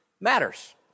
matters